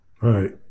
Right